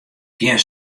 gean